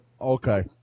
okay